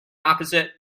opposite